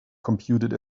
computed